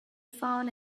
found